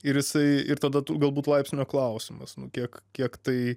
ir jisai ir tada galbūt laipsnio klausimas nu kiek kiek tai